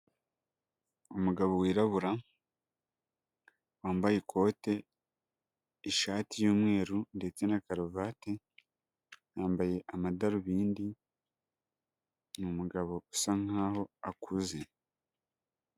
Umugabo wirabura wambaye ikote, ishati y'umweru ndetse na karuvati, yambaye amadarubindi, ni umugabo usa nk'aho akuze.